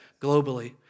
globally